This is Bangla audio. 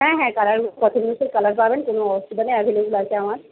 হ্যাঁ হ্যাঁ কালার যত ইচ্ছা কালার পাবেন কোনো অসুবিধা নেই এখানে আভেইল্যাবল আছে আমার